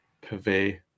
purvey